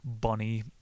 bunny